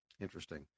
Interesting